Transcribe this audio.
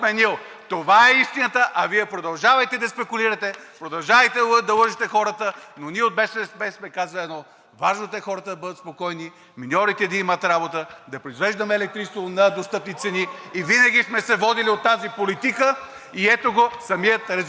Това е истината, а Вие продължавайте да спекулирате, продължавайте да лъжете хората, но ние от БСП сме казали едно: важното е хората да бъдат спокойни, миньорите да имат работа, да произвеждаме електричество на достъпни цени. Винаги сме се водили от тази политика и ето го самия резултат.